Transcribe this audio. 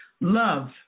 Love